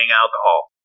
alcohol